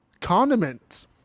condiments